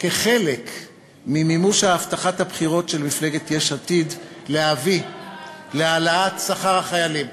כחלק ממימוש הבטחת הבחירות של מפלגת יש עתיד להביא להעלאת שכר החיילים.